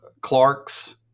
Clark's